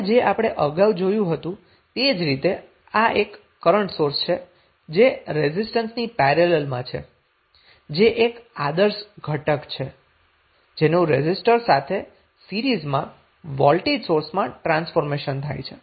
હવે જે આપણે અગાઉ જોયું હતું તે જ રીતે આ એક કરન્ટ સોર્સ છે જે રેઝિસ્ટન્સની પેરેલલમાં છે જે એક આદર્શ ઘટક છે જેનું રેઝિસ્ટર સાથે સીરીઝમાં વોલ્ટેજ સોર્સમાં ટ્રાન્સફોર્મેશન થાય છે